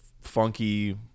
funky